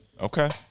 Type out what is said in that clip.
okay